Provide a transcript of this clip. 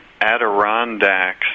Adirondacks